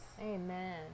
Amen